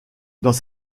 dans